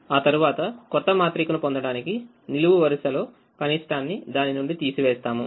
ఆ తరువాతకొత్తమాత్రికను పొందడానికినిలువు వరుసలోకనిష్టాన్ని దాని నుండి తీసి వేస్తాము